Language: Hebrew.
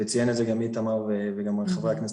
וציין את זה גם איתמר וגם חברי הכנסת.